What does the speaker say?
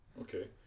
Okay